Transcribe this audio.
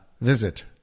visit